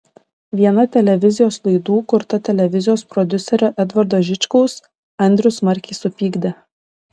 viena televizijos laidų kurta televizijos prodiuserio edvardo žičkaus andrių smarkiai supykdė